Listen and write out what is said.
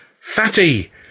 Fatty